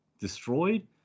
destroyed